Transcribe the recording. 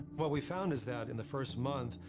what we found is that in the first month,